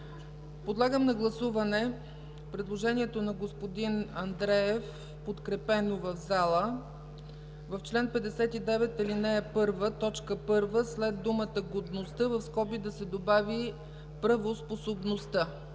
Подлагам на гласуване предложението на господин Андреев, подкрепено в залата: в чл. 59, ал. 1, т. 1 след думата „годността” в скоби да се добави „правоспособността”